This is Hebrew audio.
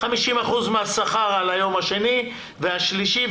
50% מהשכר על היום השני והשלישי,